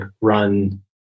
run